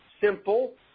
simple